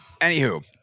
Anywho